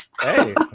Hey